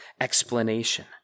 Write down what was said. explanation